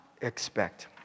expect